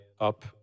up